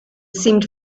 seemed